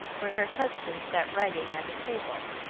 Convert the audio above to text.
where her husband sat writing at a table.